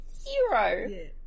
zero